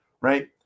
right